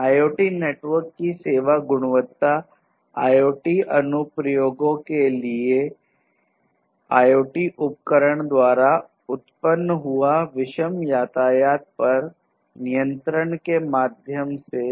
IoT network की सेवा गुणवत्ता IoT अनुप्रयोगों के लिए IoT उपकरणों द्वारा उत्पन्न हुआ विषम यातायात पर नियंत्रण के माध्यम से